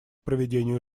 проведению